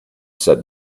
said